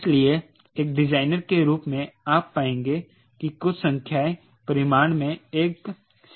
इसलिए एक डिजाइनर के रूप में आप पाएंगे कि कुछ संख्याएँ परिमाण में एक से भी कम हैं